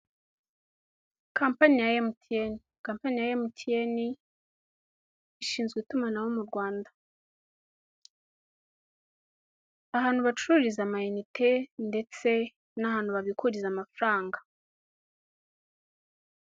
Kampani ya MTN. Kampani ya MTN, ishinzwe itumanaho mu Rwanda. Ahantu bacururiza amayinite, ndetse n'ahantu babikuriza amafaranga.